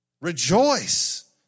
Rejoice